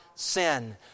Sin